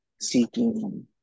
Seeking